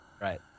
Right